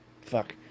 Fuck